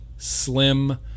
slim